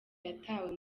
yatawe